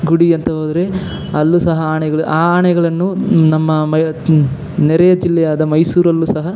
ಗುಡಿ ಅಂತ ಹೋದ್ರೆ ಅಲ್ಲೂ ಸಹ ಆನೆಗಳು ಆ ಆನೆಗಳನ್ನು ನಮ್ಮ ಮ ಕ್ ನೆರೆಯ ಜಿಲ್ಲೆಯಾದ ಮೈಸೂರಲ್ಲೂ ಸಹ